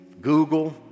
Google